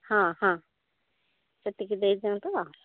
ହଁ ହଁ ସେତିକି ଦେଇ ଦିଅନ୍ତୁ